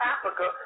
Africa